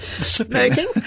smoking